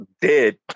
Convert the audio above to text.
dead